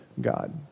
God